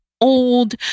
old